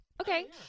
Okay